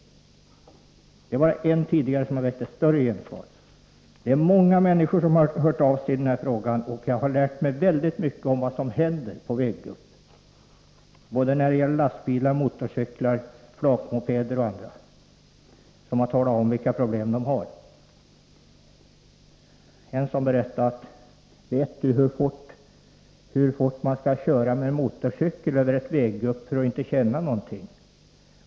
Det är många människor som har hört av sig i den här frågan, och jag har lärt mig väldigt mycket om vad som händer på grund av väggupp när det gäller både lastbilar, motorcyklar, flakmopeder och andra fordon. Människor har talat om vilka problem de har. Det var en person som frågade mig om jag visste hur fort man med motorcykel skall köra över ett väggupp för att inte känna någonting.